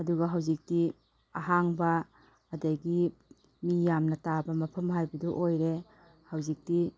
ꯑꯗꯨꯒ ꯍꯧꯖꯤꯛꯇꯤ ꯑꯍꯥꯡꯕ ꯑꯗꯒꯤ ꯃꯤ ꯌꯥꯝꯅ ꯇꯥꯕ ꯃꯐꯝ ꯍꯥꯏꯕꯗꯨ ꯑꯣꯏꯔꯦ ꯍꯧꯖꯤꯛꯇꯤ